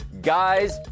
Guys